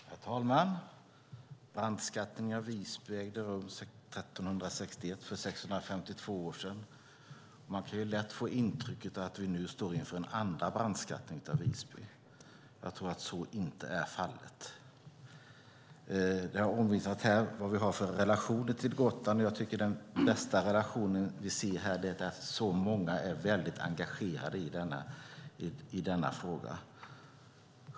Herr talman! Brandskattningen av Visby ägde rum 1361, för 652 år sedan. Man kan lätt få intrycket att vi nu står inför en andra brandskattning av Visby. Jag tror att så inte är fallet. Det har omvittnats vilka relationer vi har till Gotland. Den bästa relation vi ser tycker jag är att så många är så engagerade i denna fråga.